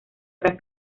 gran